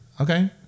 Okay